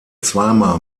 zweimal